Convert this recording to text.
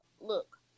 Look